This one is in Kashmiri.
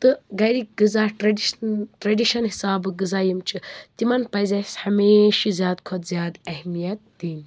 تہٕ گَرِکۍ غذا ٹرٛٮ۪ڈِشن ٹرٛٮ۪ڈِشن حِسابہٕ غذا یِم چھِ تِمن پَزِ اَسہِ ہمیشہٕ زیادٕ کھۄت زیادٕ اہمیت دِنۍ